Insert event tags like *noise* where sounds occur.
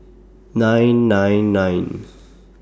nine nine nine *noise*